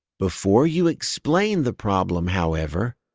before you explain the problem however,